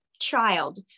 child